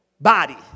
body